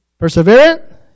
perseverant